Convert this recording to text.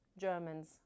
Germans